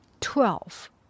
Twelve